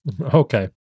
Okay